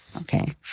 Okay